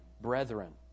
brethren